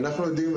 אנחנו יודעים,